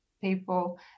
people